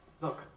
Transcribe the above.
Look